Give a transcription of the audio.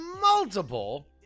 multiple